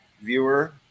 viewer